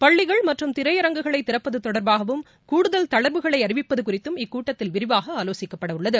பள்ளிகள் திரையரங்குகளைதிறப்பதுதொடர்பாகவும் கூடுதல் மற்றம் தளர்வுகளைஅறிவிப்பதுகுறித்தும் இக்கூட்டத்தில் விரிவாகஆலோசிக்கப்படவுள்ளது